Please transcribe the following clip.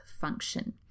function